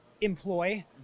employ